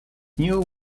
new